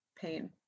pain